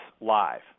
live